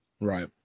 right